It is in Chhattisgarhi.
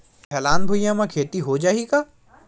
ढलान भुइयां म खेती हो जाही का?